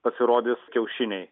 pasirodys kiaušiniai